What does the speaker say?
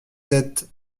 sept